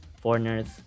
foreigners